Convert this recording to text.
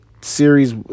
series